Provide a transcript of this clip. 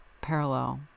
parallel